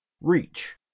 Reach